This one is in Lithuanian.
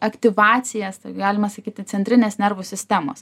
aktyvacijas galima sakyti centrinės nervų sistemos